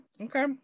okay